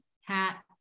hat